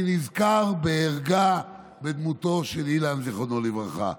אני נזכר בערגה בדמותו של אילן, זיכרונו לברכה,